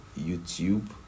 youtube